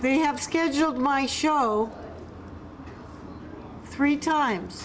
they have scheduled my show three times